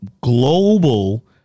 global